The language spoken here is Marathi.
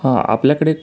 हां आपल्याकडे